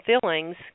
fillings